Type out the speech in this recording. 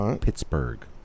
Pittsburgh